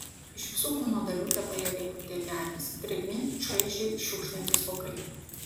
iš visų kūno dalių tepajėgė krutėti akys drėgni čaižiai šiugždantys vokai